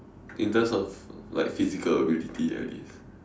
in terms of like physical ability at least